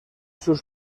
sus